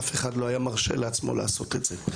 אף אחד לא היה מרשה לעצמו לעשות את זה.